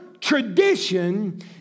tradition